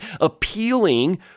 appealing